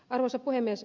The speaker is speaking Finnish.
arvoisa puhemies